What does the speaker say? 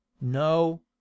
no